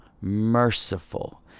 merciful